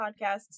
podcasts